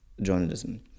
journalism